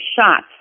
shots